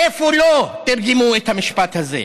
איפה לא תרגמו את המשפט הזה?